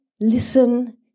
Listen